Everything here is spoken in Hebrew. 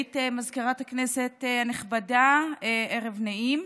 סגנית מזכירת הכנסת הנכבדה, ערב נעים.